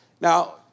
Now